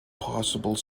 possible